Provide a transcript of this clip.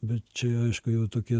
bet čia aišku jau tokie